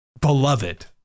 beloved